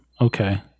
Okay